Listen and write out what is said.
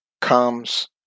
comes